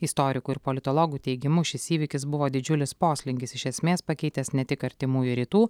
istorikų ir politologų teigimu šis įvykis buvo didžiulis poslinkis iš esmės pakeitęs ne tik artimųjų rytų